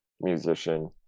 musician